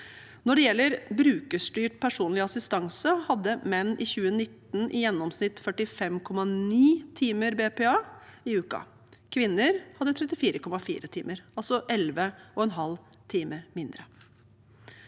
Når det gjelder brukerstyrt personlig assistanse, BPA, hadde menn i 2019 i gjennomsnitt 45,9 timer BPA i uken. Kvinner hadde 34,4 timer, altså 11,5 timer mindre.